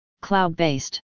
cloud-based